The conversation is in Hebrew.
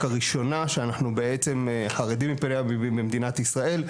כראשונה שאנחנו בעצם חרדים מפניה במדינת ישראל,